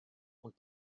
und